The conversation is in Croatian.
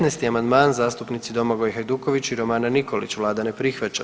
19. amandman, zastupnici Domagoj Hajdukovića i Romana Nikolić, Vlada ne prihvaća.